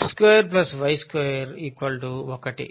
x2y2 1